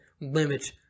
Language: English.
limit